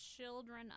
children